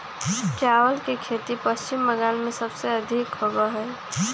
चावल के खेती पश्चिम बंगाल में सबसे अधिक होबा हई